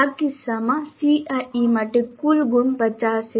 આ કિસ્સામાં CIE માટે કુલ ગુણ 50 છે